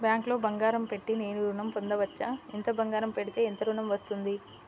బ్యాంక్లో బంగారం పెట్టి నేను ఋణం పొందవచ్చా? ఎంత బంగారం పెడితే ఎంత ఋణం వస్తుంది?